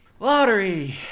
Lottery